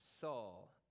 Saul